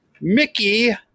Mickey